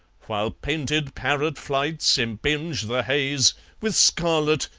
while painted parrot-flights impinge the haze with scarlet,